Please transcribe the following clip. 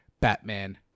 Batman